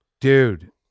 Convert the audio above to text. Dude